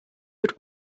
would